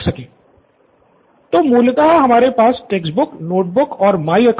student Nithin तो मूलतः हमारे पास है टेक्स्ट बुक्स नोट बुक्स और माई अकाउंट